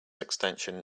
extension